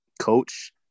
Coach